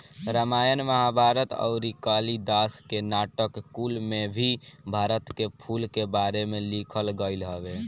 रामायण महाभारत अउरी कालिदास के नाटक कुल में भी भारत के फूल के बारे में लिखल गईल हवे